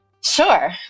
Sure